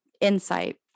insight